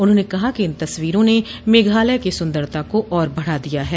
उन्होंने कहा कि इन तस्वीरों ने मेघालय की सुंदरता को और बढ़ा दिया है